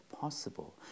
possible